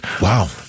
Wow